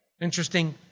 Interesting